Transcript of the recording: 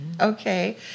Okay